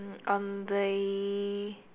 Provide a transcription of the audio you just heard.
on the